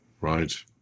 Right